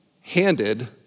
handed